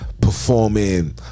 Performing